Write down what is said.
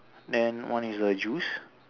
then one is a juice